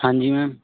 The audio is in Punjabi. ਹਾਂਜੀ ਮੈਮ